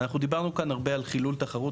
אנחנו דיברנו כאן הרבה על חילול תחרות,